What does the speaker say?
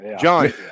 John